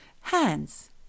Hands